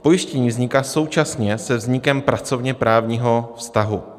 Pojištění vzniká současně se vznikem pracovněprávního vztahu.